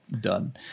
done